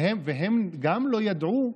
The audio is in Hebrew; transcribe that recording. נכון, והם גם לא ידעו.